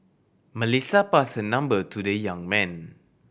Melissa passed her number to the young man